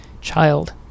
child